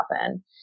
happen